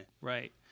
Right